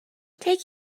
take